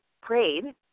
prayed